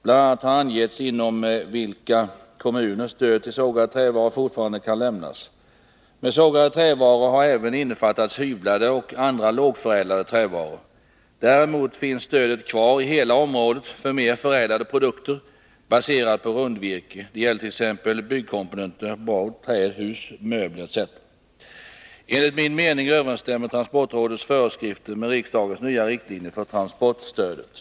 Bl.a. har angetts inom vilka kommuner stöd till sågade trävaror fortfarande kan lämnas. I begreppet sågade trävaror har även innefattats hyvlade och andra lågförädlade trävaror. Däremot finns stödet kvar i hela området för mer förädlade produkter, baserade på rundvirke. Det gäller t.ex. byggkomponenter, board, trähus, möbler etc. Enligt min mening överensstämmer transportrådets föreskrifter med riksdagens nya riktlinjer för transportstödet.